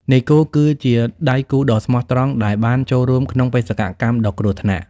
នាយគោគឺជាដៃគូដ៏ស្មោះត្រង់ដែលបានចូលរួមក្នុងបេសកកម្មដ៏គ្រោះថ្នាក់។